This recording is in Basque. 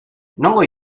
nongo